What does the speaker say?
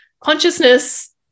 consciousness